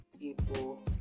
people